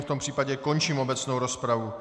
V tom případě končím obecnou rozpravu.